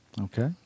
Okay